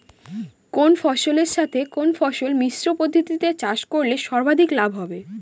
কোন ফসলের সাথে কোন ফসল মিশ্র পদ্ধতিতে চাষ করলে সর্বাধিক লাভ হবে?